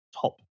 top